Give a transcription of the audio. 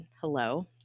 Hello